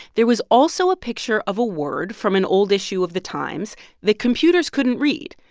there was also a picture of a word from an old issue of the times that computers couldn't read.